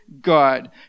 God